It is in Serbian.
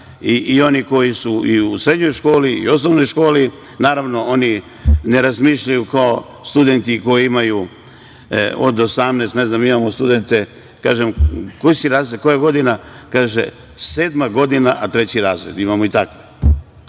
i oni koji su i u srednjoj školi i osnovnoj školi. Naravno, oni ne razmišljaju kao studenti koji imaju od 18. Ne znam ni ja, imamo studente, kažem – koji si razred, koja godina, kaže – sedma godina, a treći razred. Imamo i takve.